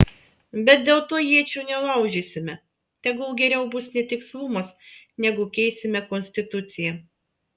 bet dėl to iečių nelaužysime tegul geriau bus netikslumas negu keisime konstituciją